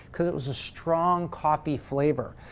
because it was a strong coffee flavor.